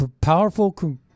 powerful